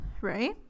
right